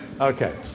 Okay